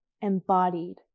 embodied